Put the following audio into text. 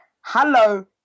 hello